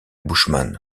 bushman